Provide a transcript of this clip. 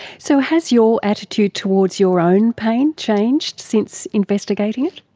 so has your attitude towards your own pain changed since investigating it?